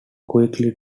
quickly